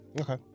okay